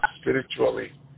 spiritually